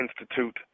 Institute